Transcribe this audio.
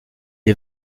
and